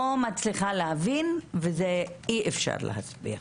לא מצליחה להבין, ואי-אפשר להסביר.